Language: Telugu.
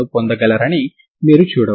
ఇప్పుడు మీరు Ew0 0 అని పెడితే wtx00 అవుతుంది